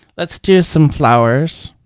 let's do some flowers